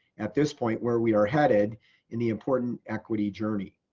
at this point where we are headed in the important equity journey.